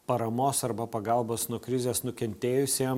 paramos arba pagalbos nuo krizės nukentėjusiem